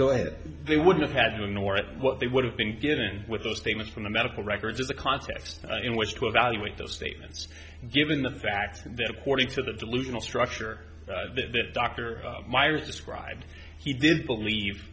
go ahead they would have had to ignore what they would have been given with those statements from the medical records or the context in which to evaluate those statements given the fact that according to the delusional structure that dr myers described he did believe